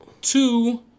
Two